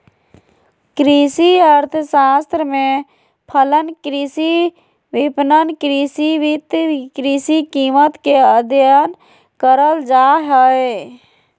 कृषि अर्थशास्त्र में फलन, कृषि विपणन, कृषि वित्त, कृषि कीमत के अधययन करल जा हइ